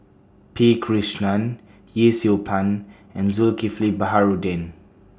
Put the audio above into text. P Krishnan Yee Siew Pun and Zulkifli Baharudin